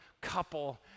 couple